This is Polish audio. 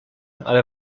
ale